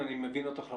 אני מבין אותך לחלוטין,